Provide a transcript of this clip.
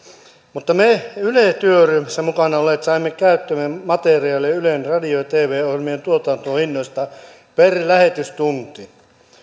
mutta me yle työryhmässä mukana olleet saimme käyttöömme materiaalia ylen radio ja tv ohjelmien tuotantohinnoista per lähetystunti